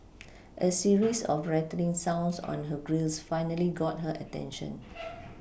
a series of rattling sounds on her grilles finally got her attention